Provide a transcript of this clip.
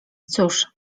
cóż